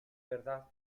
verdad